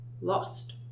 lost